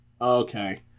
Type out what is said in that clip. Okay